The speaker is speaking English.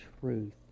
truth